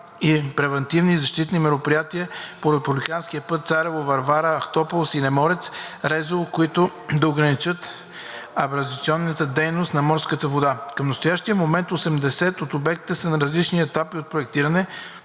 и превантивни, и защитни мероприятия по републиканския път Царево – Варвара – Ахтопол – Синеморец – Резово, които да ограничат абразационната дейност на морската вода. Към настоящия момент 80 от обектите са на различни етапи на проектиране,